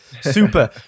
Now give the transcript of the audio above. Super